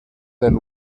del